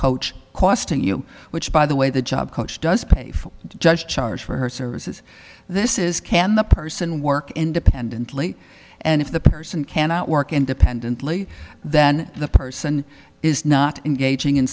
coach costing you which by the way the job does pay for judge charge for her services this is can the person work independently and if the person cannot work independently then the person is not engaging in